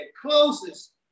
closest